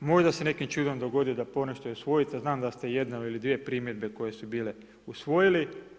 Možda ste nekim čudom dogodi da konačno osvojite, znam da ste jednom ili dvije primjedbe, koje su bile, usvojili.